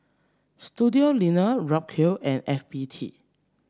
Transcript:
Studioline Ripcurl and F B T